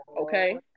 okay